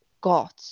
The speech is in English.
got